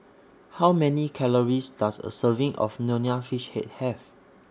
How Many Calories Does A Serving of Nonya Fish Head Have